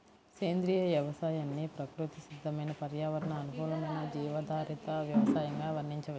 సేంద్రియ వ్యవసాయాన్ని ప్రకృతి సిద్దమైన పర్యావరణ అనుకూలమైన జీవాధారిత వ్యవసయంగా వర్ణించవచ్చు